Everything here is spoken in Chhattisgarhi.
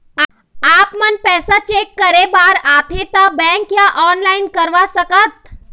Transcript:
आपमन पैसा चेक करे बार आथे ता बैंक या ऑनलाइन करवा सकत?